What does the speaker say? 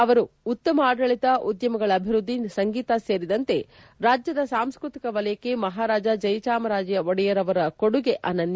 ಅವರು ಉತ್ತಮ ಆಡಳಿತ ಉದ್ಯಮಗಳ ಅಭಿವೃದ್ಧಿ ಸಂಗೀತ ಸೇರಿದಂತೆ ರಾಜ್ಯದ ಸಾಂಸ್ವತಿಕ ವಲಯಕ್ಕೆ ಮಹಾರಾಜ ಜಯಚಾಮರಾಜ ಒಡೆಯರ್ ಅವರ ಕೊಡುಗೆ ಅನನ್ನ